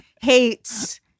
hates